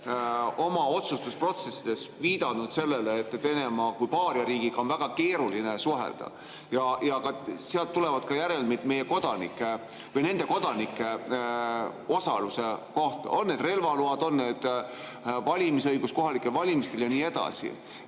oma otsustusprotsessides viidanud sellele, et Venemaa kui paariariigiga on väga keeruline suhelda. Sealt tulevad järelmid ka nende kodanike osaluse kohta, on need relvaload, on see valimisõigus kohalikel valimistel ja nii edasi.